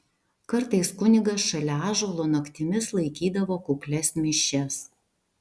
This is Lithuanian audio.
kartais kunigas šalia ąžuolo naktimis laikydavo kuklias mišias